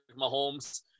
Mahomes